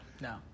no